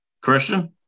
Christian